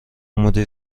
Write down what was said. مدیر